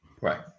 Right